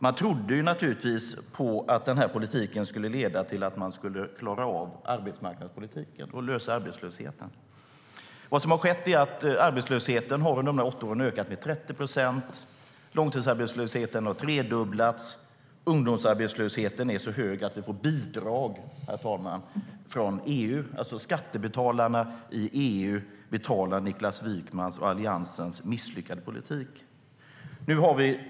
Man trodde naturligtvis att denna politik skulle leda till att man skulle klara av arbetsmarknadspolitiken och lösa arbetslösheten. Men vad som har skett är att arbetslösheten under dessa år har ökat med 30 procent, långtidsarbetslösheten har tredubblats och ungdomsarbetslösheten är så hög att vi får bidrag från EU. Skattebetalarna i EU betalar alltså Niklas Wykmans och Alliansens misslyckade politik.